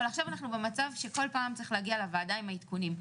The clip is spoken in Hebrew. אבל עכשיו אנחנו במצב שכל פעם צריך להגיע לוועדה עם העדכונים.